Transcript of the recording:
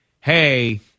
hey